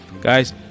Guys